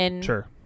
sure